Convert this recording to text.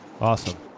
awesome